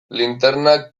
linternak